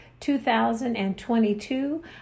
2022